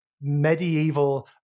medieval